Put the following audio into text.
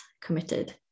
committed